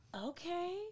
Okay